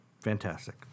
Fantastic